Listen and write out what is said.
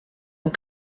und